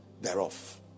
thereof